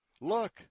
Look